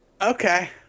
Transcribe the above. Okay